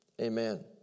Amen